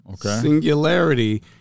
Singularity